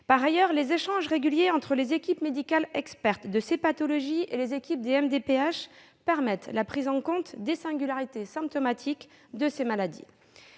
Par ailleurs, les échanges réguliers entre les équipes médicales expertes de ces pathologies et les équipes des MDPH permettent la prise en compte des singularités symptomatiques de ces maladies.